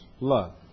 love